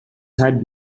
had